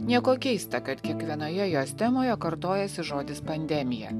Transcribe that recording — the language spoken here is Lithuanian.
nieko keista kad kiekvienoje jos temoje kartojasi žodis pandemija